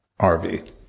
RV